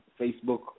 Facebook